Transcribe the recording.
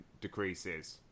decreases